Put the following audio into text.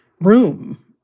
room